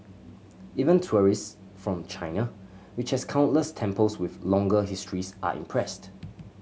even tourist from China which has countless temples with longer histories are impressed